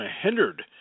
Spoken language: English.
hindered